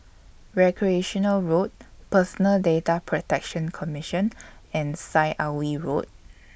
Recreation Road Personal Data Protection Commission and Syed Alwi Road